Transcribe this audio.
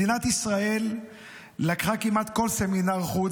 מדינת ישראל לקחה כמעט כל סמינר חוץ